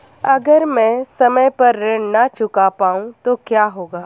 अगर म ैं समय पर ऋण न चुका पाउँ तो क्या होगा?